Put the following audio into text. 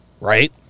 right